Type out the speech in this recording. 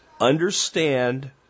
understand